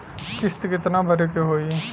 किस्त कितना भरे के होइ?